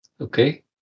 okay